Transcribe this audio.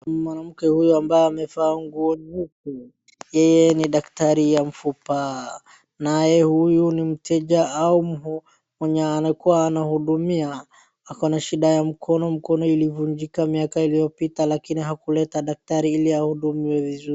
Mwanamke huyu ambaye amevaa nguo nyeupe, yeye ni daktari ya mifupa. Naye huyu ni mteja au mwenye anakuwa anahudumia. Ako na shida ya mkono, mkono ilivunjika miaka iliyopita lakini hakuleta daktari ili ahudumiwe vizuri.